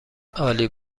عالی